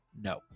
No